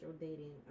dating